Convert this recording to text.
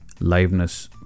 liveness